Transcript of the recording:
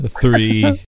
Three